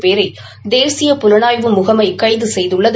பேரை தேசிய புலணய்பு முகமை கைது செய்துள்ளது